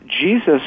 Jesus